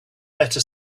better